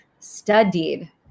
studied